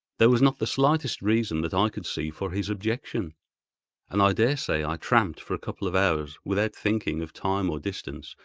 there was not the slightest reason, that i could see, for his objection and i daresay i tramped for a couple of hours without thinking of time or distance,